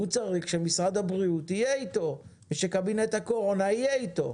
הוא צריך שמשרד הבריאות יהיה איתו ושקבינט הקורונה יהיה איתו.